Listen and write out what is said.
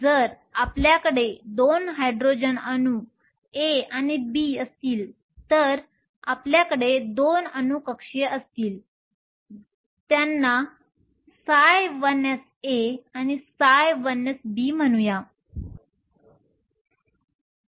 जर आपल्याकडे 2 हायड्रोजन अणू A आणि B असतील तर आपल्याकडे 2 अणू कक्षीय असतील त्यांना ψ1sA आणि ψ1sB म्हणू शकतो